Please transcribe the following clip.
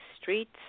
streets